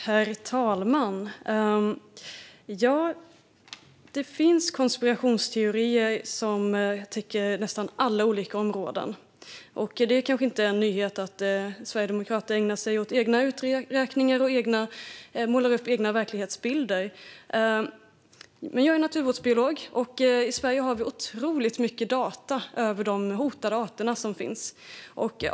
Herr talman! Det finns konspirationsteorier som täcker nästan alla områden. Det är kanske inte en nyhet att Sverigedemokraterna ägnar sig åt egna uträkningar och målar upp egna verklighetsbilder. Men jag är naturvårdsbiolog, och i Sverige har vi otroligt mycket data över de hotade arter som finns.